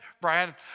Brian